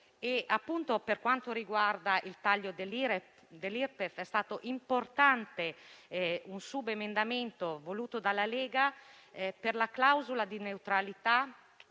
Per quanto riguarda il taglio dell'Irpef, è stato importante un subemendamento voluto dalla Lega per la clausola di neutralità